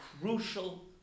crucial